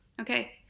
Okay